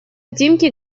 тимки